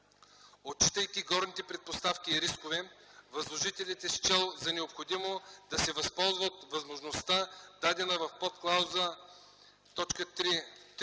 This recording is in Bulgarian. Отчитайки горните предпоставки и рискове, възложителят е счел за необходимо да се възползва от възможността, дадена в подклауза 3.5